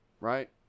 Right